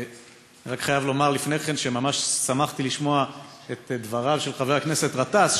אני רק חייב לומר לפני כן שממש שמחתי לשמוע את דבריו של חבר הכנסת גטאס,